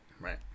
right